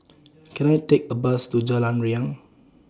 Can I Take A Bus to Jalan Riang